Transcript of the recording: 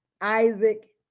Isaac